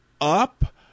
up